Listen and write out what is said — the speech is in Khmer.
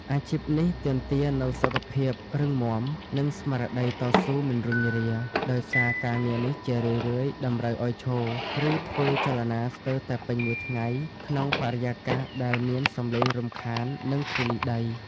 អាជីពនេះទាមទារនូវសុខភាពរឹងមាំ និងស្មារតីតស៊ូមិនរុញរា ដោយសារការងារនេះជារឿយៗតម្រូវឱ្យឈរ ឬធ្វើចលនាស្ទើរតែពេញមួយថ្ងៃក្នុងបរិយាកាសដែលមានសម្លេងរំខាន និងធូលីដី។